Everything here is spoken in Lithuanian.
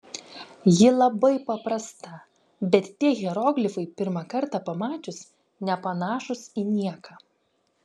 ji labai paprasta bet tie hieroglifai pirmą kartą pamačius nepanašūs į nieką